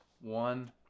One